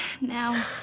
now